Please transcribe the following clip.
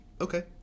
Okay